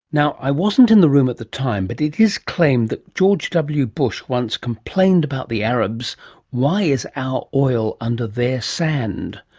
now i wasn't in the room at the time, but it is claimed that george w bush once complained about the arabs why is our oil under their sand?